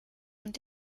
und